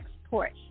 export